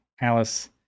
Alice